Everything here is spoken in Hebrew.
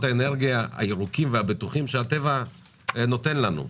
אנרגיה ירוקים ובטוחים שהטבע נותן לנו.